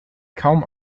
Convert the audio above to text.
kaum